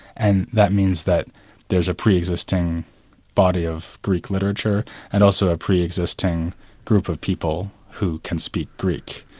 and that means that there's a pre-existing body of greek literature and also a pre-existing group of people who can speak greek.